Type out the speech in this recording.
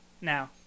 Now